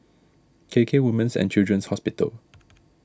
K K Women's and Children's Hospital